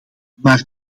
maar